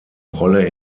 rolle